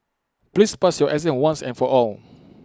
please pass your exam once and for all